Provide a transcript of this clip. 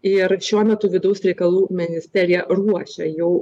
ir šiuo metu vidaus reikalų ministerija ruošia jau